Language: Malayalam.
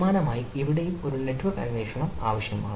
സമാനമായി ഇവിടെയും ഒരു നെറ്റ്വർക്ക് അന്വേഷണം ആവശ്യമാണ്